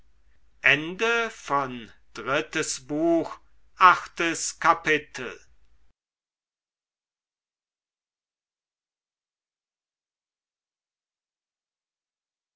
drittes buch erstes kapitel